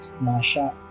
Masha